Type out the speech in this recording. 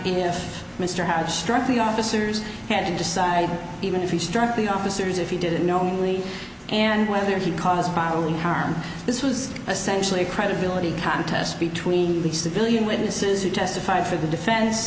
if mr howard struck the officers had to decide even if you struck the officers if you did it knowingly and whether he caused probably harm this was essentially a credibility contest between the civilian witnesses who testified for the defense